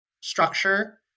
structure